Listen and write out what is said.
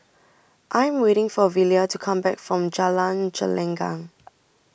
I Am waiting For Velia to Come Back from Jalan Gelenggang